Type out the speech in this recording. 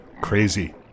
Crazy